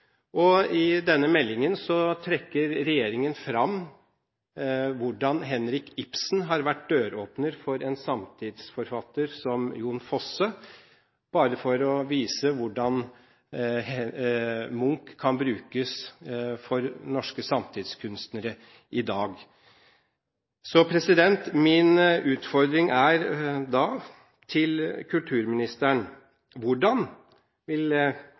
billedkunstner.» I denne meldingen trekker regjeringen fram hvordan Henrik Ibsen har vært døråpner for en samtidsforfatter som Jon Fosse – bare for å vise hvordan Munch kan brukes for norske samtidskunstnere i dag. Min utfordring er da til kulturministeren: Hvordan vil